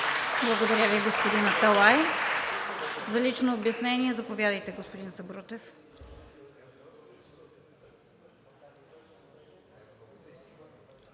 Благодаря Ви, господин Аталай. За лично обяснение – заповядайте, господин Сабрутев.